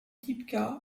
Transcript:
type